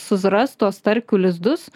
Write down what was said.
susirast tuos starkių lizdus